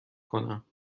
کنم